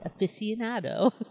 aficionado